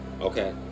Okay